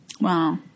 Wow